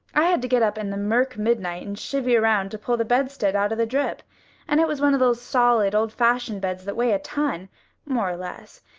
i had to get up in the mirk midnight and chivy round to pull the bedstead out of the drip and it was one of those solid, old-fashioned beds that weigh a ton more or less.